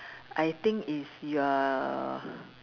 I think is you are